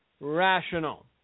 rational